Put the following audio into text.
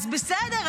אז בסדר,